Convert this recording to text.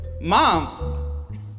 Mom